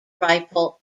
rifle